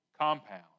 compound